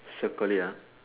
circle it ya